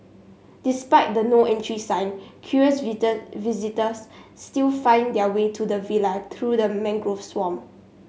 despite the No Entry sign curious visitor visitors still find their way to the villa through the mangrove swamp